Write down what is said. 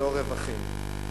לא רווחים".